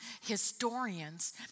historians